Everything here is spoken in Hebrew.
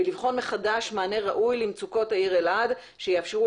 ולבחון מחדש מענה ראוי למצוקות העיר אלעד שיאפשרו